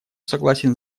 согласен